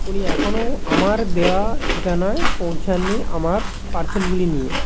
উনি এখনো আমার দেওয়া ঠিকানায় পৌঁছাননি আমার পার্সেলগুলি নিয়ে